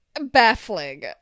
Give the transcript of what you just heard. baffling